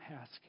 ask